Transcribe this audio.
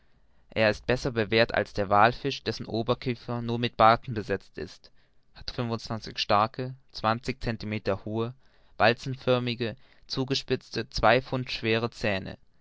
er ist besser bewehrt als der wallfisch dessen oberkiefer nur mit barten besetzt ist hat fünfundzwanzig starke zwanzig centimeter hohe walzenförmige zugespitzte zwei pfund schwere zähne